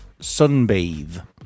sunbathe